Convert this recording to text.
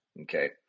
Okay